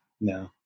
no